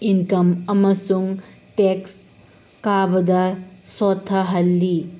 income ꯑꯃꯁꯨꯡ tax ꯀꯥꯕꯗ ꯁꯣꯊꯍꯜꯂꯤ